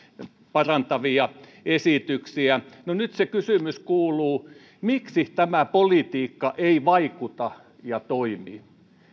parantavia esityksiä nyt kysymys kuuluu miksi tämä politiikka ei vaikuta ja toimi